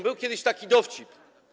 Był kiedyś taki dowcip.